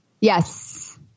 Yes